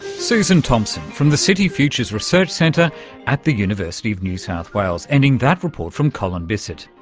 susan thompson from the city futures research centre at the university of new south wales, ending that report from colin bisset.